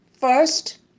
First